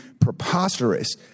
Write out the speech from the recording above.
preposterous